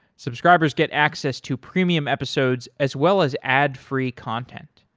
subscribers get access to premium episodes as well as ad free content.